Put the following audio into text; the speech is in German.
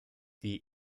die